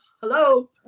Hello